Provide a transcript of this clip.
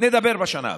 ונדבר בשנה הבאה,